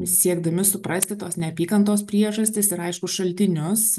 siekdami suprasti tos neapykantos priežastis ir aišku šaltinius